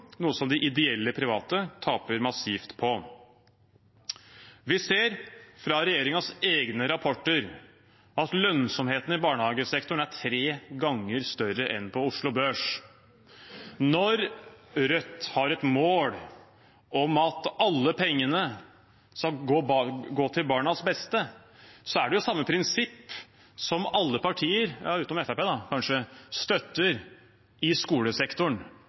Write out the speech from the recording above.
noe som de ideelle, private taper massivt på. Vi ser fra regjeringens egne rapporter at lønnsomheten i barnehagesektoren er tre ganger større enn på Oslo Børs. Når Rødt har et mål om at alle pengene skal gå til barnas beste, er det samme prinsipp som alle partier – utenom Fremskrittspartiet kanskje – støtter i skolesektoren.